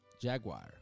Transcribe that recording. jaguar